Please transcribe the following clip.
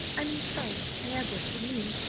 i mean charles, and edward, and me,